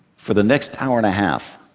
for the next hour and a half,